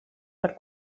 per